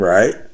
Right